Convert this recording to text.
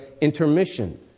intermission